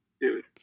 Dude